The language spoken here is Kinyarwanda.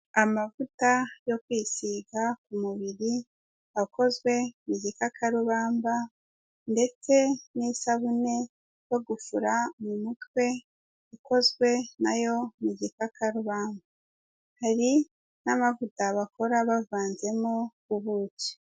Amavuta yo kwisiga ku mubiri akozwe mu gikakarubamba ndetse n'isabune yo gufura mu mutwe ikozwe nayo mu gikakarubamba, hari n'amavuta bakora bavanzemo ubuki.